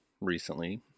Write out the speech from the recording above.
recently